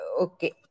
Okay